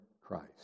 Christ